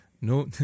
no